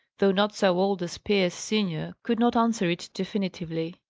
though not so old as pierce senior could not answer it definitively.